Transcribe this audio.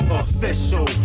official